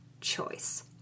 choice